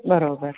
बरोबर